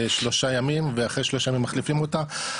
שלושה ימים ואחרי שלושה ימים מחליפים אותה,